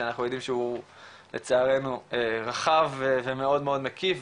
כי אנחנו יודעים שהוא לצערנו רחב ומאוד מקיף,